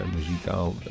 muzikaal